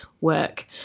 work